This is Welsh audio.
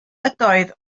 ydoedd